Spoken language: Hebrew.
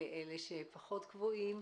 שלום לקבועים ולאלה שפחות קבועים.